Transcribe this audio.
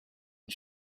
and